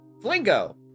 Flingo